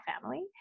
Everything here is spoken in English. family